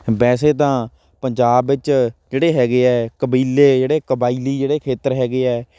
ਵੈਸੇ ਤਾਂ ਪੰਜਾਬ ਵਿੱਚ ਜਿਹੜੇ ਹੈਗੇ ਹੈ ਕਬੀਲੇ ਜਿਹੜੇ ਕਬਾਇਲੀ ਜਿਹੜੇ ਖੇਤਰ ਹੈਗੇ ਹੈ